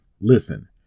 Listen